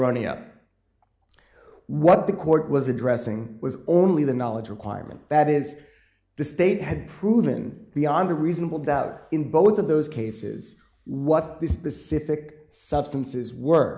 ronnie up what the court was addressing was only the knowledge requirement that is the state had proven beyond a reasonable doubt in both of those cases what the specific substances were